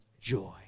joy